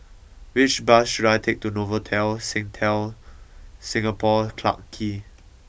which bus should I take to Novotel sing tell Singapore Clarke Quay